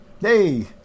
hey